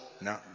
No